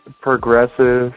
progressive